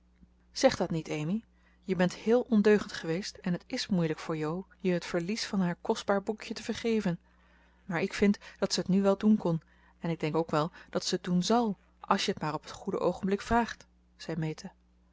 zeg dat niet amy je bent heel ondeugend geweest en het is moeilijk voor jo je het verlies van haar kostbaar boekje te vergeven maar ik vind dat ze het nu wel doen kon en ik denk ook wel dat ze het doen zal als je t maar op het goede oogenblik vraagt zei meta